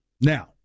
Now